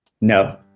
No